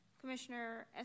Commissioner